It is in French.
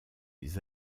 les